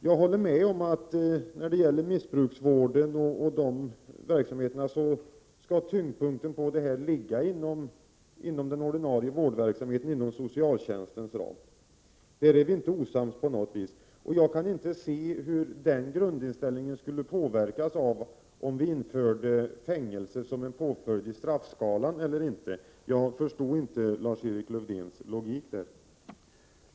Jag håller med om att tyngdpunkten när det gäller missbruksvården skall ligga inom den ordinarie vårdverksamheten, inom socialtjänstens ram. Därvidlag är vi inte osams på något vis. Jag kan inte se hur den grundinställningen skulle påverkas om vi införde fängelse som en påföljd i straffskalan. Lars-Erik Lövdéns logik i det sammanhanget förstår jag inte.